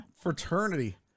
fraternity